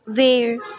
वेळ